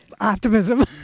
optimism